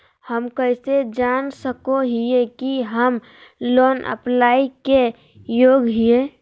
हम कइसे जान सको हियै कि हम लोन अप्लाई के योग्य हियै?